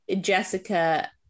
Jessica